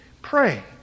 Pray